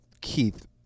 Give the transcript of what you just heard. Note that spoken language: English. Keith